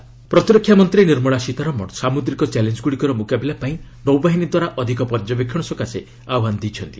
defence Nirmala ପ୍ରତିରକ୍ଷା ମନ୍ତ୍ରୀ ନିର୍ମଳା ସୀତାରମଣ ସାମୁଦ୍ରିକ ଚ୍ୟାଲେଞ୍ଗୁଡ଼ିକର ମୁକାବିଲା ପାଇଁ ନୌବାହିନୀଦ୍ୱାରା ଅଧିକ ପର୍ଯ୍ୟବେକ୍ଷଣ ସକାଶେ ଆହ୍ୱାନ ଦେଇଛନ୍ତି